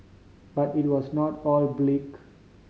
but it was not all bleak